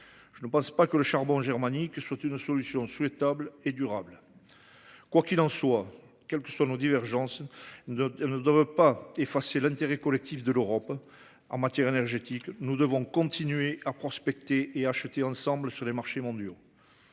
Je ne pense pas que le charbon germanique soit une solution souhaitable et durable. Quoi qu’il en soit, nos divergences ne sauraient effacer l’intérêt collectif de l’Europe en matière énergétique. Nous devons continuer de prospecter et d’acheter ensemble sur les marchés mondiaux.